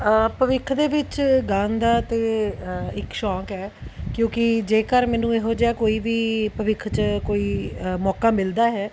ਭਵਿੱਖ ਦੇ ਵਿੱਚ ਗਾਉਣ ਦਾ ਤਾਂ ਇੱਕ ਸ਼ੌਕ ਹੈ ਕਿਉਂਕਿ ਜੇਕਰ ਮੈਨੂੰ ਇਹੋ ਜਿਹਾ ਕੋਈ ਵੀ ਭਵਿੱਖ 'ਚ ਕੋਈ ਮੌਕਾ ਮਿਲਦਾ ਹੈ